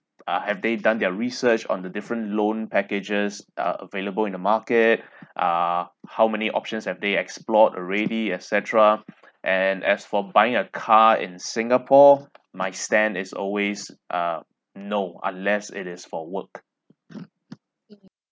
ah have they done their research on the different loan packages ugh available in the market ah how many options have they explored already et cetera and as for buying a car in singapore my stand is always uh no unless it is for work